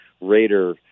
Raider